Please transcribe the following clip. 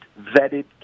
vetted